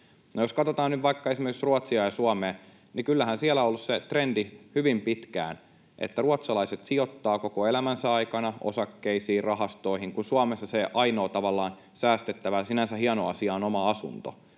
nyt vaikka esimerkiksi Ruotsia ja Suomea, niin kyllähän siellä on ollut se trendi hyvin pitkään, että ruotsalaiset sijoittavat koko elämänsä aikana osakkeisiin, rahastoihin, kun Suomessa tavallaan se ainoa säästettävä, sinänsä hieno asia on oma asunto.